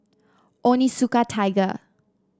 Onitsuka Tiger